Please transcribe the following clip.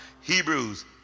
Hebrews